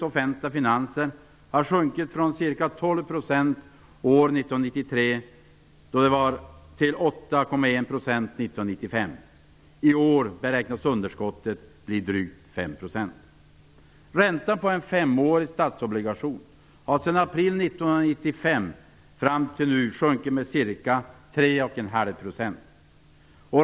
offentliga finanser har sjunkit från ca 12 % år 1993 till 8,1% 1995. I år beräknas underskottet bli drygt ? Räntan på en femårig statsobligation har sedan april 1995 fram till nu sjunkit med ca 3,5 %.